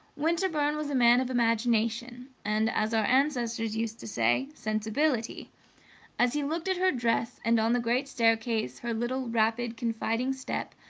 winterbourne was a man of imagination and, as our ancestors used to say, sensibility as he looked at her dress and, on the great staircase, her little rapid, confiding step,